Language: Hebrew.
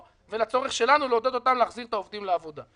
ולצורך שלנו לעודד אותן להחזיר את העובדים לעבודה.